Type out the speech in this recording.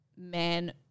man